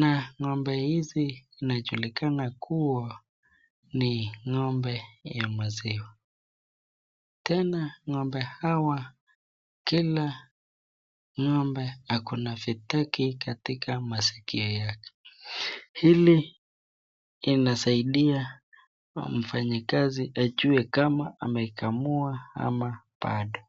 na ng'ombe hizi inajulikana kuwa ni ng'ombe ya maziwa ,tena ng'ombe hawa kila ng'ombe ako na vitagi katika maskio yake ,hili inasaidia mfanyikazi ajue kama ameikamua ama bado.